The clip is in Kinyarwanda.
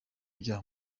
byaha